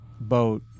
boat